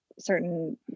certain